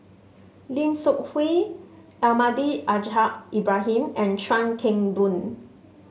Lim Seok Hui Almahdi Al Ibrahim and Chuan Keng Boon